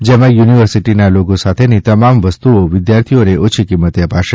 જેમાં યુનિવર્સિટીના લોગો સાથેની તમામ વસ્તુઓ વિદ્યાર્થીઓને ઓછી કિંમતે અપાશે